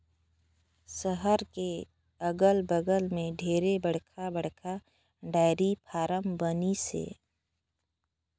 सहर के अगल बगल में ढेरे बड़खा बड़खा डेयरी फारम बनिसे